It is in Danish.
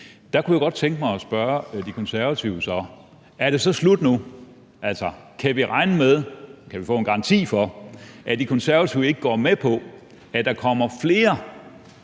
der kunne jeg godt tænke mig at spørge De Konservative: Er det så slut nu, altså kan vi regne med og kan vi få en garanti for, at De Konservative ikke går med på, at der kommer flere